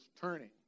turning